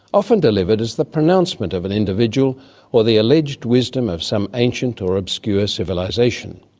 often delivered as the pronouncement of an individual or the alleged wisdom of some ancient or obscure civilisation.